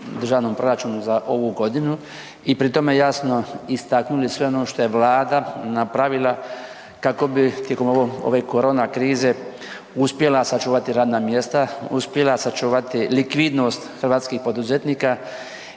državnom proračunu za ovu godinu i pri tome jasno istaknuli sve ono što je Vlada napravila kako bi tijekom ove korona krize uspjela sačuvati radna mjesta, uspjela sačuvati likvidnost hrvatskih poduzetnika